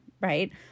right